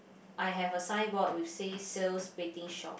I have a signboard which say sales betting shop